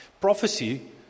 Prophecy